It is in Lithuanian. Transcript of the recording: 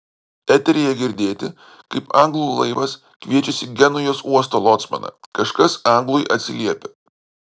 eteryje girdėti kaip anglų laivas kviečiasi genujos uosto locmaną kažkas anglui atsiliepia